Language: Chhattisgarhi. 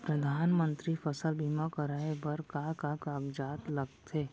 परधानमंतरी फसल बीमा कराये बर का का कागजात लगथे?